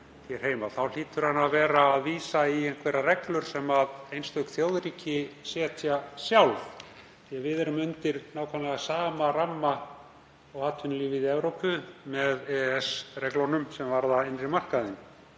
hlýtur þá að vera að vísa í einhverjar reglur sem einstök þjóðríki setja sjálf því að við erum undir nákvæmlega sama ramma og atvinnulífið í Evrópu með EES-reglunum sem varða innri markaðinn.